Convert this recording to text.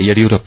Yediyurappa